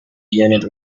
unit